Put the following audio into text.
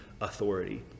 authority